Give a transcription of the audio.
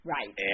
Right